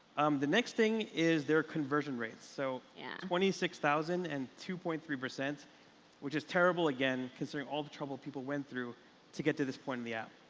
um the next thing is their conversion rates. so and twenty six thousand and two point three, which is terrible again considering all the trouble people went through to get to this point of the app.